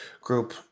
group